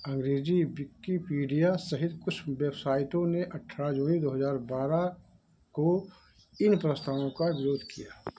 अँग्रेजी विकीपीडिया सहित कुछ वेबसाइटों ने अठारह जनवरी दो हज़ार बारह को इन प्रस्तावों का विरोध किया